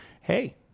hey